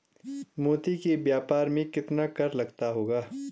मोती के व्यापार में कितना कर लगता होगा?